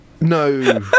No